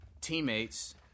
teammates